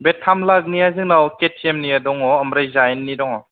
बे थाम लाखनिया जोंनाव खेथिमनिया दङ ओमफ्राय जायेननि दङ